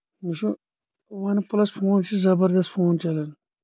وٕچھِو OnePlus phone چھُ زَبردست فون چلان